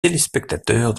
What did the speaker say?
téléspectateurs